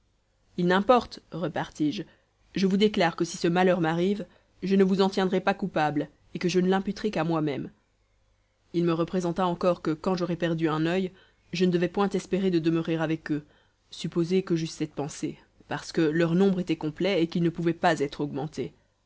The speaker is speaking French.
il n'importe repartis-je je vous déclare que si ce malheur m'arrive je ne vous en tiendrai pas coupables et que je ne l'imputerai qu'à moi-même il me représenta encore que quand j'aurais perdu un oeil je ne devais point espérer de demeurer avec eux supposé que j'eusse cette pensée parce que leur nombre était complet et qu'il ne pouvait pas être augmenté